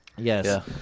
Yes